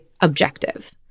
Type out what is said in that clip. objective